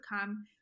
come